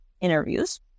interviews